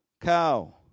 Cow